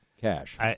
cash